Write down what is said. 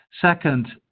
Second